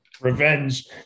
Revenge